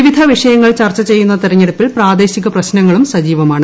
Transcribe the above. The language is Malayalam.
വിവിധവിഷയങ്ങൾ ചർച്ച ചെയ്യുന്ന തെരഞ്ഞെടുപ്പിൽ പ്രാദേശിക പ്രശ്നങ്ങളും സജീവമാണ്